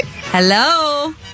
Hello